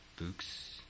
books